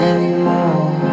Anymore